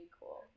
cool